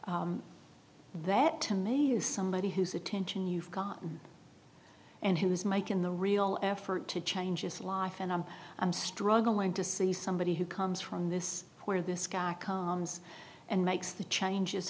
that to me is somebody who's attention you've got and who's making the real effort to change his life and i'm i'm struggling to see somebody who comes from this poor this guy and makes the changes